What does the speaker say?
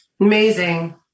Amazing